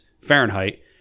Fahrenheit